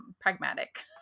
pragmatic